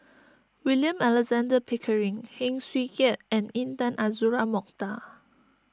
William Alexander Pickering Heng Swee Keat and Intan Azura Mokhtar